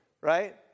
Right